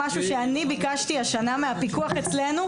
משהו שאני ביקשתי השנה מהפיקוח אצלנו,